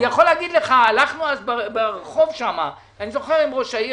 אני יכול להגיד לך שאז הלכנו ברחוב עם ראש העיר